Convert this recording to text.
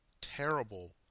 terrible